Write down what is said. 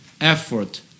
effort